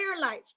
life